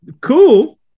Cool